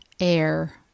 air